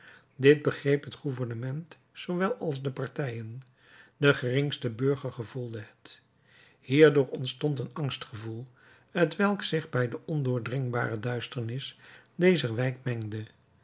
dit begreep het gouvernement zoowel als de partijen de geringste burger gevoelde het hierdoor ontstond een angstgevoel t welk zich bij de ondoordringbare duisternis dezer wijk mengde